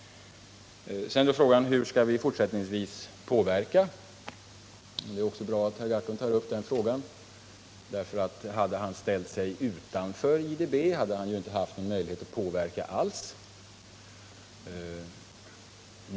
Sedan frågar herr Gahrton hur vi fortsättningsvis skall kunna påverka andra medlemsländer, och jag tycker att det är bra att han tar upp den frågan. Om det hade blivit som herr Gahrton ville och vi hade ställt oss utanför IDB, hade vi ju inte haft någon möjlighet alls att påverka utvecklingen härvidlag.